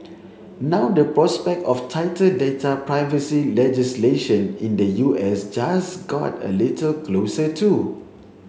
now the prospect of tighter data privacy legislation in the U S just got a little closer too